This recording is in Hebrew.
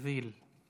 אנחנו